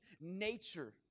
nature